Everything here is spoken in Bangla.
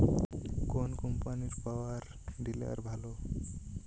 কোন কম্পানির পাওয়ার টিলার ভালো?